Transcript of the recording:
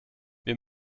wir